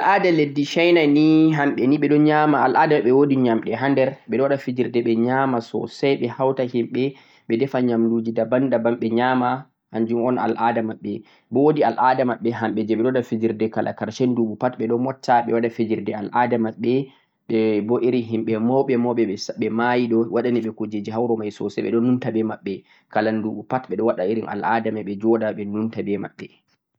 al'aada himɓe China ni hamɓe ni ɓe ɗo nyaama, al'aada maɓɓe woodi nyaamɗe ha nder, ɓe ɗo waɗa fijirde ɓe nyaama soosay, ɓe hawta himɓe, ɓe defa nyaamnduuji 'daban-daban' ɓe nyaama, hannjum on al'aada maɓɓe. Bo woodi al'aada maɓɓe hamɓe jee ɓe ɗo waɗa fijirde kala karshe nnduuɓu pat ɓe ɗo motta ɓe waɗa fijirde al'aada maɓɓe, ɓe bo irin himɓe mawɓe mawɓe ɓe mayi ɗo ɓe waɗa ɓe kuujeeeji ha wuro may soosay ɓe ɗo numta be maɓɓe. Kala nnduuɓu pat ɓe ɗo waɗa irin al'aada may ɓe joɗa ɓe numta be maɓɓe.